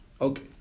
okay